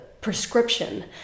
prescription